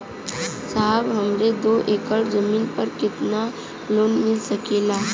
साहब हमरे दो एकड़ जमीन पर कितनालोन मिल सकेला?